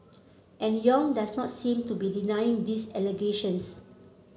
and Yong does not seem to be denying these allegations